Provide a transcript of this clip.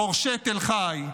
חורשי תל חי,